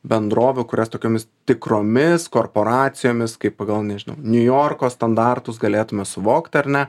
bendrovių kurias tokiomis tikromis korporacijomis kaip pagal nežinau niujorko standartus galėtume suvokti ar ne